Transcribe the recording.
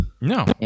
No